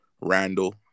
Randall